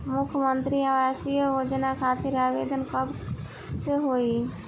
मुख्यमंत्री आवास योजना खातिर आवेदन कब से होई?